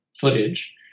footage